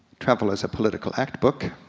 travel as a political act book,